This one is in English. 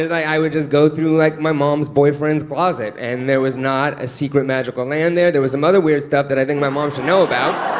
i would just go through like my mom's boyfriend's closet, and there was not a secret magical land there. there was some other weird stuff that i think my mom should know about.